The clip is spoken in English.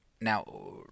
Now